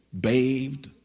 bathed